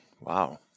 Wow